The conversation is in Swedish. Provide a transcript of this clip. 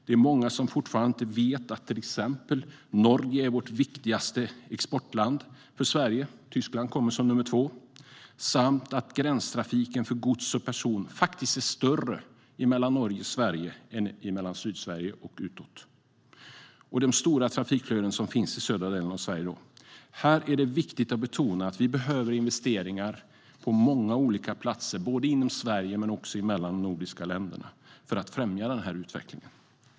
Det är många som fortfarande inte vet att till exempel Norge är Sveriges viktigaste exportland - Tyskland kommer som nummer två - samt att gränstrafiken för gods och person faktiskt är större mellan Norge och Sverige än från Sydsverige och utåt. Det är stora trafikflöden som finns i södra delen av Sverige. Här är det viktigt att betona att vi behöver investeringar på många olika platser inom Sverige men också mellan de nordiska länderna för att främja denna utveckling.